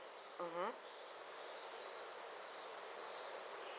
mmhmm